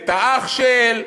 את האח-של.